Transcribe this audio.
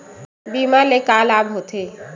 बीमा ले का लाभ होथे?